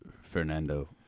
Fernando